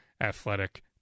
Athletic